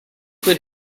quit